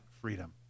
freedom